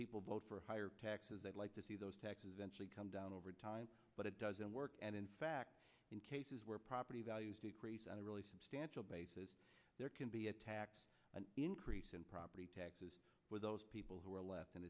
people vote for higher taxes they like to see those taxes and come down over time but it doesn't work and in fact in cases where property values decrease at a really substantial bases there can be attacked an increase in property taxes for those people who are left and